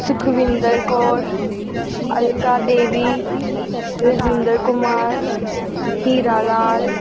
Sukhwinder Kaur Alka Devi Rajinder Kumar Hira Lal